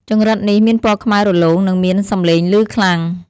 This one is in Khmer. ចង្រិតនេះមានពណ៌ខ្មៅរលោង និងមានសម្លេងលឺខ្លាំង។